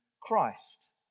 Christ